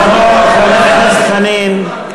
חבר הכנסת חנין, תודה.